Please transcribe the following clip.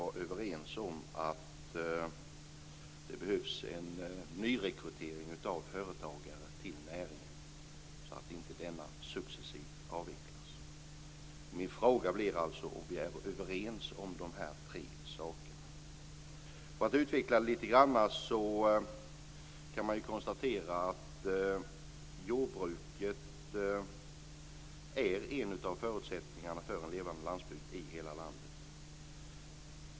För det tredje: Det behövs en nyrekrytering av företagare till näringen, så att inte denna successivt avvecklas. Min fråga blir om vi är överens om de här tre sakerna. För att utveckla detta lite grann vill jag säga att man kan konstatera att jordbruket är en av förutsättningarna för en levande landsbygd i hela landet.